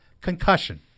concussion